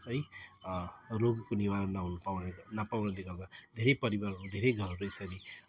है रोगको निवारण नहुनु पाउने नपाउनुले गर्दा धेरै परिवारहरू धेरै घरहरू यसरी